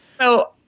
So-